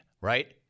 right